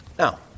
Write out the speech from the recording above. Now